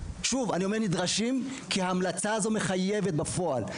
אני אומר "נדרשים" כי ההמלצה הזו מחייבת בפועל,